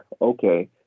okay